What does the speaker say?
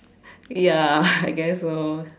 ya I guess so